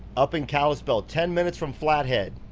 up in kalispell, ten minutes from flathead.